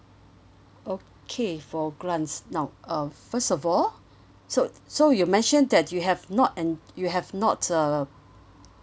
okay for grants now uh first of all so so you mentioned that you have not en~ you have not uh